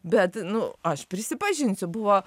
bet nu aš prisipažinsiu buvo